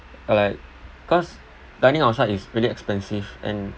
like cause dining outside is really expensive and